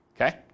okay